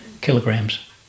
kilograms